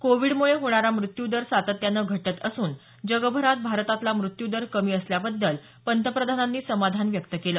कोविडमुळे होणारा मृत्यू दर सातत्याने घटत असून जगभरात भारतातला मृत्यू दर कमी असल्याबद्दल पंतप्रधानांनी समाधान व्यक्त केलं